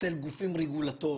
אצל גופים רגולטוריים.